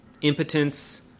impotence